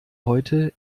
heute